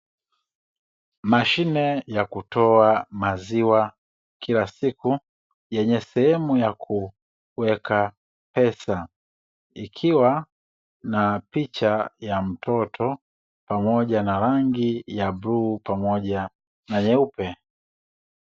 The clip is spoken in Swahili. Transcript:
Mashine ya kutoa maziwa kila siku, yenye sehemu ya kuweka pesa, ikiwa na picha ya mtoto pamoja na rangi ya bluu pamoja na nyeupe.